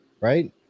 right